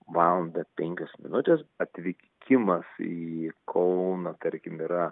valanda penkios minutės atvykimas į kauną tarkim yra